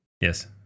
Yes